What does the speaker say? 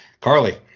Carly